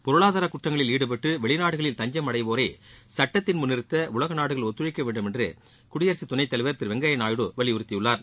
பொருளாதார குற்றங்களில் ஈடுபட்டு வெளிநாடுகளில் தஞ்சம் அடைவோரை சட்டத்தின் முன் நிறுத்த உலக நாடுகள் ஒத்துழைக்க வேண்டுமென்று குடியரசு துணைத்தலைவர் திரு வெங்கையா நாயுடு வலியுறுத்தியுள்ளார்